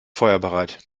feuerbereit